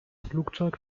flugzeug